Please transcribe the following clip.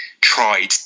tried